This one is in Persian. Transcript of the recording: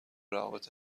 روابط